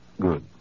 Good